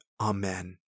Amen